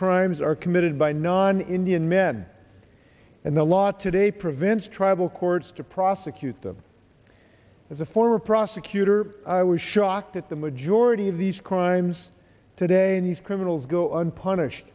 crimes are committed by non indian men and the law today prevents tribal courts to prosecute them as a former prosecutor i was shocked at the majority of these crimes today and these criminals go unpunished